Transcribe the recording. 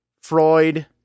Freud